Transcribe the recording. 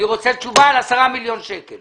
אני רוצה תשובה על 10 מיליון שקלים